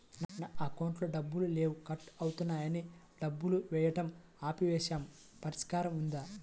నా అకౌంట్లో డబ్బులు లేవు కట్ అవుతున్నాయని డబ్బులు వేయటం ఆపేసాము పరిష్కారం ఉందా?